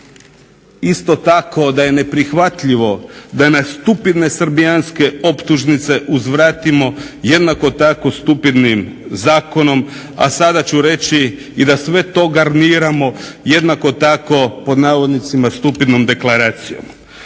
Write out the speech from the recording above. isto tako da je neprihvatljivo da na stupidne srbijanske optužnice uzvratimo jednako tako stupidnim zakonom. A sada ću to reći i da sve to garniramo jednako tako "stupidnom deklaracijom"